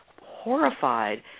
horrified